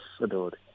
ability